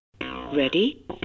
Ready